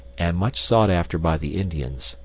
and much sought after by the indians,